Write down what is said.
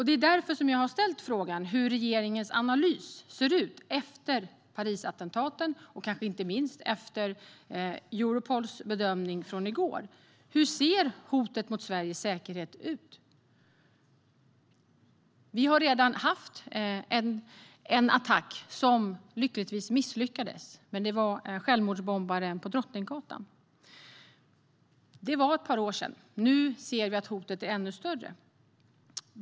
Det är därför jag har ställt frågan hur regeringens analys ser ut efter Parisattentaten och inte minst efter Europols bedömning i går. Hur ser hotet mot Sveriges säkerhet ut? Vi har redan haft en attack. Den misslyckades lyckligtvis. Det var självmordsbombaren på Drottninggatan för ett par år sedan. Nu är hotet ännu större.